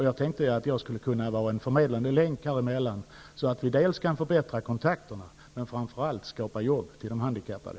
Jag tänkte att jag skulle kunna vara en förmedlande länk, så att vi kan förbättra kontakterna och framför allt skapa jobb till de handikappade.